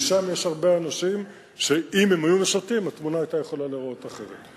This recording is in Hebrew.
כי שם יש הרבה אנשים שאם הם היו משרתים התמונה היתה יכולה להיראות אחרת.